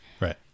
Right